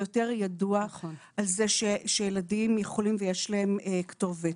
ויותר ידעו על זה שילדים יכולים ויש להם כתובת.